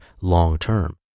long-term